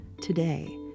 today